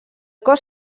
cos